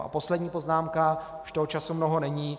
A poslední poznámka už toho času mnoho není.